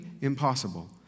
impossible